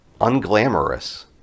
unglamorous